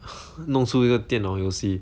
弄出一个电脑游戏